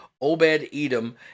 Obed-Edom